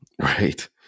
Right